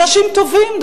אנשים טובים,